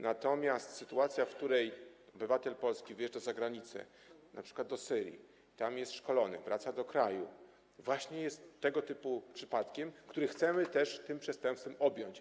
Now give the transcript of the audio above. Natomiast sytuacja, kiedy obywatel Polski wyjeżdża za granicę, np. do Syrii, tam jest szkolony, wraca do kraju, jest tego typu przypadkiem, który chcemy tym przestępstwem objąć.